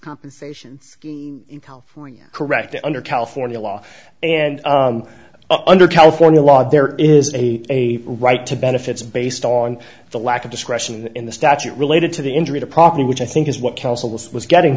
compensation in california correct under california law and under california law there is a right to benefits based on the lack of discretion in the statute related to the injury to property which i think is what